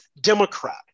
Democrat